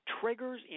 triggers